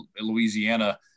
Louisiana